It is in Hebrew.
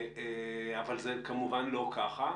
אבל זה כמובן לא כך,